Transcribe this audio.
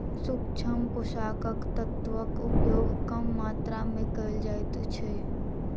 सूक्ष्म पोषक तत्वक उपयोग कम मात्रा मे कयल जाइत छै